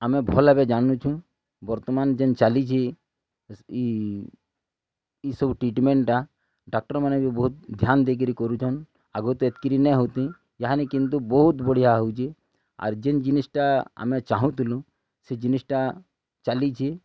ଆମେ ଭଲ୍ ଭାବରେ ଜାନିଛୁଁ ବର୍ତ୍ତମାନ୍ ଯେନ୍ ଚାଲିଛି ଇ ଇ ସବୁ ଟ୍ରିଟମେଣ୍ଟଟା ଡ଼ାକ୍ଟରମାନେ ବି ବହୁତ୍ ଧ୍ୟାନ୍ ଦେଇକରି କରୁଛନ୍ ଆଗେ ତ ଏତିକି ବି ନାଇହଉଥି ଇହାନେ କିନ୍ତୁ ବହୁତ୍ ବଢ଼ିଆ ହଉଚି ଆର୍ ଯେନ୍ ଜିନିଷ୍ଟା ଆମେ ଚାହୁଁଥିଲୁ ସେ ଜିନିଷ୍ଟା ଚାଲିଚି